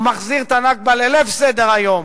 הוא מחזיר את ה"נכבה" ללב סדר-היום.